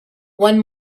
one